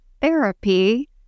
therapy